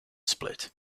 split